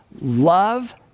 love